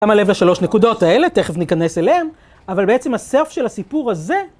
שמה לב לשלוש נקודות האלה, תכף ניכנס אליהן, אבל בעצם הסרף של הסיפור הזה